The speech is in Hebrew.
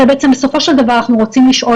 הרי בעצם בסופו של דבר אנחנו רוצים לשאול